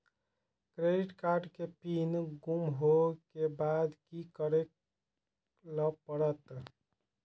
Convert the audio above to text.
Credit card के pin गुम होय के बाद की करै ल परतै?